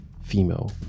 female